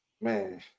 Man